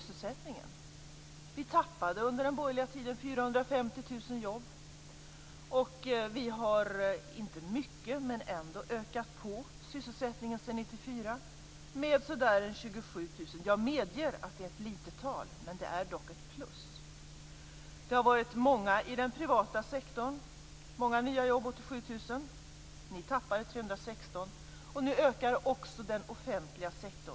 Vi förlorade under den borgerliga tiden 450 000 jobb. Och vi har, inte mycket men ändå, ökat sysselsättningen sedan 1994 med ca 27 000. Jag medger att det är ett litet tal, men det är dock ett plus. Det har tillkommit många nya jobb i den privata sektorn - 87 000. Ni förlorade 316 000. Nu ökar också sysselsättningen i den offentliga sektorn.